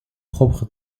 propre